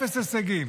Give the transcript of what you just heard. אפס הישגים.